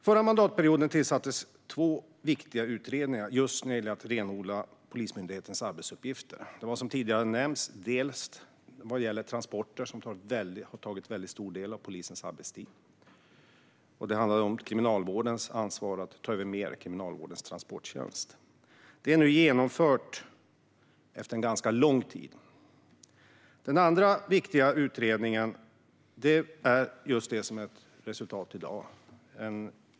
Förra mandatperioden tillsattes två viktiga utredningar för att renodla Polismyndighetens arbetsuppgifter. Den ena gällde transporter, som har tagit stor del av polisens arbetstid. Det handlade om kriminalvårdens ansvar att ta över mer av kriminalvårdens transporttjänst. Detta är nu genomfört efter ganska lång tid. Den andra viktiga utredningen ligger till grund för dagens betänkande.